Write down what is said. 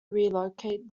relocate